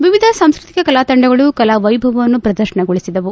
ವಿವಿಧ ಸಾಂಸ್ಕತಿಕ ಕಲಾ ತಂಡಗಳು ಕಲಾ ವೈಧವವನ್ನು ಪ್ರದರ್ಶನಗೊಳಿಸಿದವು